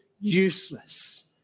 useless